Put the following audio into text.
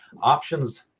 Options